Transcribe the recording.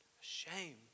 shame